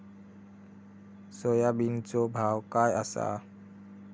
सोयाबीनचो भाव काय आसा?